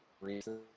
reason